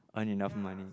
earn enough money